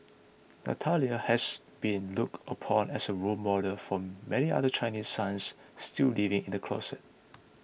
Natalia has been looked upon as a role model for many other Chinese sons still living in the closet